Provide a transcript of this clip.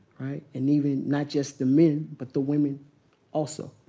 right? and even not just the men, but the women also,